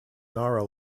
nara